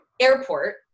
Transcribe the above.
airport